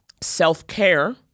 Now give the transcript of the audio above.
self-care